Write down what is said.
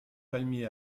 palmier